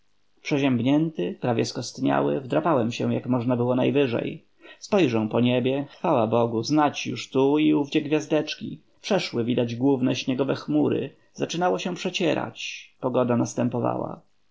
przeziębnięty prawie skostniały wdrapałem się jak można było najwyżej spojrzę po niebie chwała bogu znać już tu i owdzie gwiazdeczki przeszły widać główne śniegowe chmury zaczynało się przecierać pogoda następowała